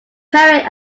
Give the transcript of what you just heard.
poet